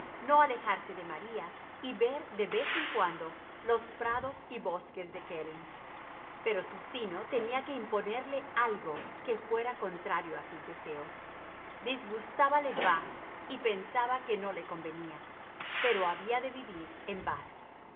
no alejarse de maría y ver de vez en cuando los prados y bosques de kellynch pero su sino tenía que imponerle algo que fuera contrario a sus deseos disgustábale bath y pensaba que no le convenía pero había de vivir en